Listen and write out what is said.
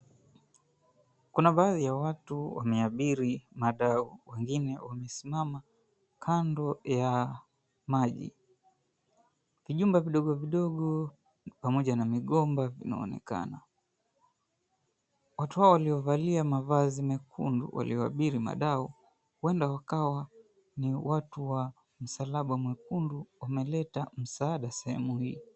Kuna baadhi ya watu wameabiri madau, wengine wamesimama kando ya maji. Vijumba vidogo vidogo pamoja na migomba vinaonekana . Watu hawa waliovalia mavazi mekundu walioabiri madau huenda wakawa ni watu wa msalaba mwekundu wameleta msaada sehemu hii.